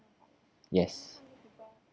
yes